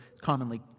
commonly